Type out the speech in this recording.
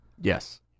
Yes